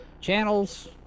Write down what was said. channels